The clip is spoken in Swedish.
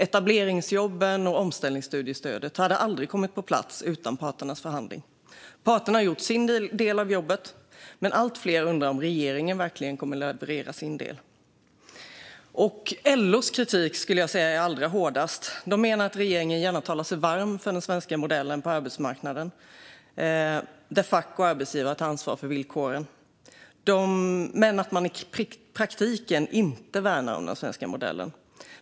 Etableringsjobben och omställningsstudiestödet hade aldrig kommit på plats utan parternas förhandling. Parterna har gjort sin del av jobbet, men allt fler undrar om regeringen verkligen kommer att leverera sin del. LO:s kritik är allra hårdast. Man menar att regeringen gärna talar sig varm för den svenska modellen på arbetsmarknaden, där fack och arbetsgivare tar ansvar för villkoren, men att regeringen i praktiken inte värnar den svenska modellen.